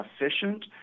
efficient